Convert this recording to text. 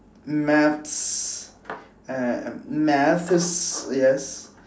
maths and math is yes